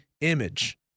image